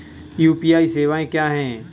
UPI सवायें क्या हैं?